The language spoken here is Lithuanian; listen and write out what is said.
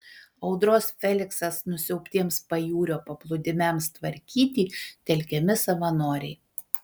audros feliksas nusiaubtiems pajūrio paplūdimiams tvarkyti telkiami savanoriai